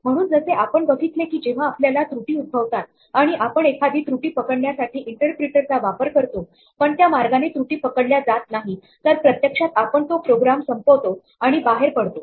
म्हणून जसे आपण बघितले की जेव्हा आपल्याला त्रुटी उद्भवतात आणि आपण एखादी त्रुटी पकडण्यासाठी इंटरप्रीटर चा वापर करतो पण त्या मार्गाने त्रुटी पकडल्या जात नाही तर प्रत्यक्षात आपण तो प्रोग्राम संपवतो आणि बाहेर पडतो